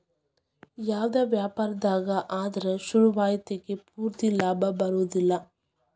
ಯಾವ್ದ ವ್ಯಾಪಾರ್ದಾಗ ಆದ್ರು ಶುರುವಾತಿಗೆ ಪೂರ್ತಿ ಲಾಭಾ ಬರೊದಿಲ್ಲಾ